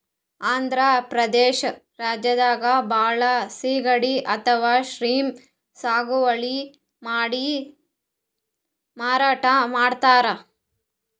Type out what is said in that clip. ಆಂಧ್ರ ಪ್ರದೇಶ್ ರಾಜ್ಯದಾಗ್ ಭಾಳ್ ಸಿಗಡಿ ಅಥವಾ ಶ್ರೀಮ್ಪ್ ಸಾಗುವಳಿ ಮಾಡಿ ಮಾರಾಟ್ ಮಾಡ್ತರ್